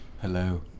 Hello